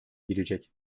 girecek